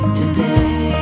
today